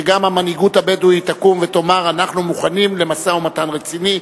שגם המנהיגות הבדואית תקום ותאמר: אנחנו מוכנים למשא-ומתן רציני.